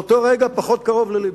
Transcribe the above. באותו רגע פחות קרוב ללבי.